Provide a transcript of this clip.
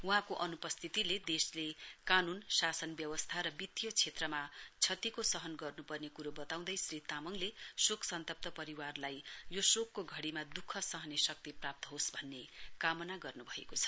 वहाँको अनुपस्थीले देशले कानून शासन व्यवस्था र वित्ती क्षेत्रमा क्षतिको सहन गर्नुपर्ने कुरो बताउँदै श्री तामाङले शोक सन्तप्त परिवारलाई यो शोकको घडीमा दुख सहने शक्ति प्राप्त होस् भन्ने कामना गर्नुभएको छ